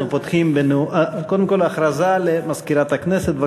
אנחנו פותחים קודם כול בהכרזה למזכירת הכנסת.